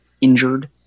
injured